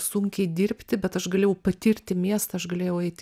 sunkiai dirbti bet aš galėjau patirti miestą aš galėjau eit